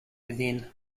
within